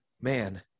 man